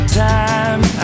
time